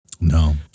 No